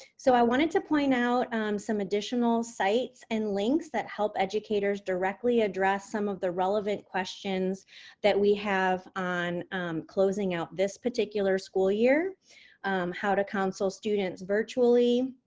so, i wanted to point out some additional sites and links that help educators directly address some of the relevant questions that we have on closing out this particular school year how to counsel students virtually,